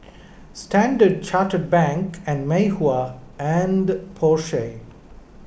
Standard Chartered Bank and Mei Hua and Porsche